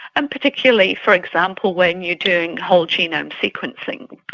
and particularly, for example, when you're doing whole genome sequencing.